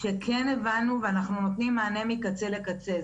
שכן הבנו ואנחנו נותנים מענה מקצה לקצה.